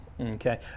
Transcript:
Okay